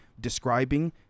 describing